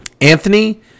Anthony